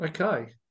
Okay